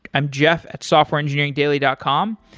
i'm jeff at softwareengineeringdaily dot com.